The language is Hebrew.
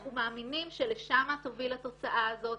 אנחנו מאמינים שלשם תוביל התוצאה הזאת.